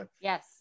Yes